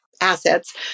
Assets